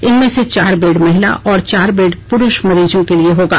इनमें से चार बेड महिला और चार बेड प्रुष मरीजों के लिए होंगे